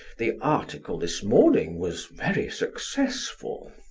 the article this morning was very successful.